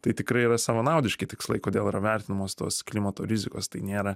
tai tikrai yra savanaudiški tikslai kodėl yra vertinamos tos klimato rizikos tai nėra